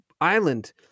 island